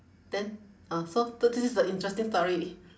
then uh so so this is the interesting story